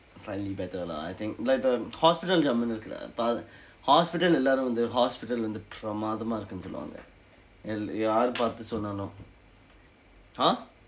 slightly better lah I think like the hospital ஜம்முனு இருக்கு:jammunu irukku dah hospital எல்லாரும் வந்து:ellaarum vandthu hospital வந்து பிரமதமா இருக்குனு சொல்வாங்க யார் பார்த்து சொன்னானோ:vandthu piramaathamaa irukkunu solvaangka yaar paarththu sonnaanoo !huh!